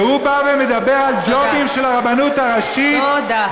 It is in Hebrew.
והוא בא ומדבר על ג'ובים של הרבנות הראשית, תודה.